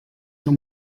zur